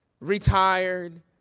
retired